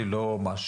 אני לא מאשים,